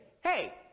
hey